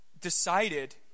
decided